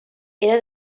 era